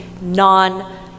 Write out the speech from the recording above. non-